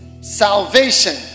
salvation